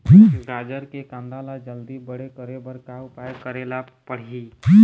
गाजर के कांदा ला जल्दी बड़े करे बर का उपाय करेला पढ़िही?